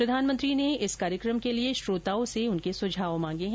प्रधानमंत्री ने इस कार्यक्रम के लिए श्रोताओं के सुझाव मांगे हैं